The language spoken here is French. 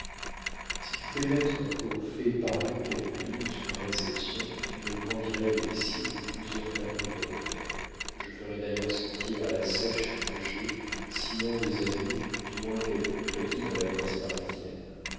si tu pouvais mettre aux faits paris quelques lignes sur ma réception tu me grandirais ici de plusieurs talons de botte je ferais d'ailleurs sentir à la seiche que j'ai sinon des amis du moins quelque crédit dans la presse parisienne